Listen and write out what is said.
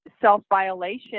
self-violation